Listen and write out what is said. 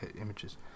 images